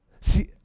See